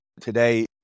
today